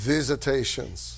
Visitations